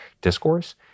discourse